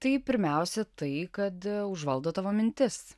tai pirmiausia tai kad užvaldo tavo mintis